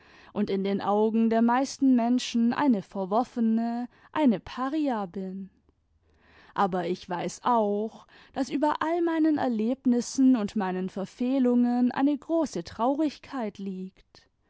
tmd in den augen der meisten menschen eine verworfene eine paria bin aber ich weiß auch daß über all meinen erlebnissen und meinen verfehlungen eine große traurigkeit liegt